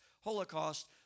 Holocaust